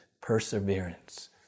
perseverance